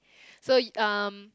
so um